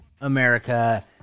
America